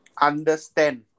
Understand